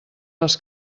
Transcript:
les